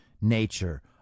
nature